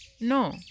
No